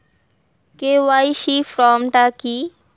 KYC form টা কি?